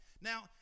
Now